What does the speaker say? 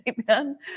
Amen